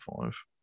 five